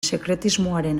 sekretismoaren